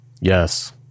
Yes